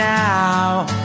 now